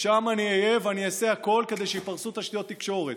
שם אני אהיה ואני אעשה הכול כדי שיפרסו תשתיות תקשורת.